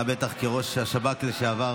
אתה בטח כראש השב"כ לשעבר